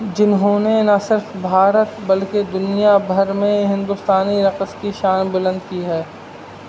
جنہوں نے نہ صرف بھارت بلکہ دنیا بھر میں ہندوستانی رقص کی شان بلند کی ہے